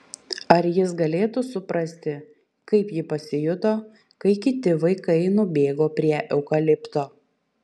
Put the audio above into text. ar jis galėtų suprasti kaip ji pasijuto kai kiti vaikai nubėgo prie eukalipto